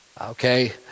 okay